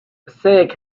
passaic